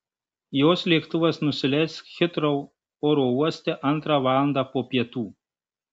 jos lėktuvas nusileis hitrou oro uoste antrą valandą po pietų